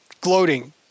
gloating